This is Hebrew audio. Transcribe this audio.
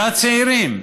זה הצעירים.